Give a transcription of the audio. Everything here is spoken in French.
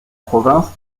province